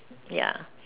ya